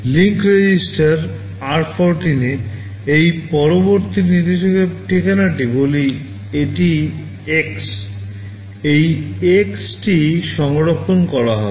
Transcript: link register r14 এ এই পরবর্তী নির্দেশিকার ঠিকানাটি বলি এটি এই X সংরক্ষণ করা হবে